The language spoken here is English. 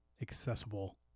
accessible